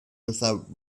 without